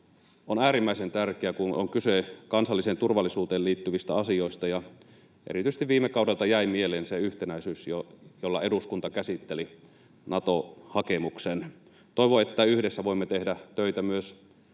on äärimmäisen tärkeää, kun on kyse kansalliseen turvallisuuteen liittyvistä asioista. Erityisesti viime kaudelta jäi mieleen se yhtenäisyys, jolla eduskunta käsitteli Nato-hakemuksen. Toivon, että yhdessä voimme tehdä töitä myös